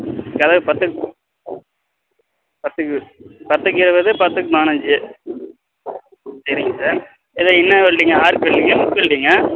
கதவு பத்துக்கு பத்துக்கு பத்துக்கு இருபது பத்துக்கு பதினஞ்சி சரிங்க சார் இது என்ன வெல்டிங் ஆர்க் வெல்டிங்கா குக் வெல்டிங்கா